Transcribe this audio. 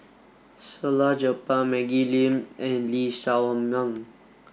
Salleh Japar Maggie Lim and Lee Shao Meng